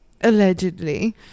Allegedly